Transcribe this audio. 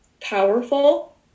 Powerful